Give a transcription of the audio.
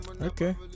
Okay